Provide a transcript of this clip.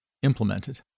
implemented